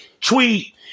tweet